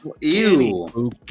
Ew